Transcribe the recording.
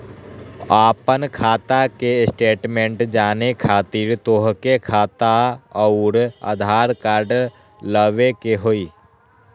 आपन खाता के स्टेटमेंट जाने खातिर तोहके खाता अऊर आधार कार्ड लबे के होइ?